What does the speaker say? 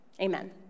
Amen